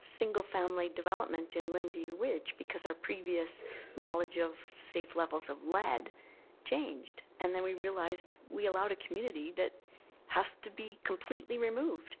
single-family development in lynview ridge because our previous knowledge of safe levels of lead changed. and then we realized we allowed a community that has to be completely removed.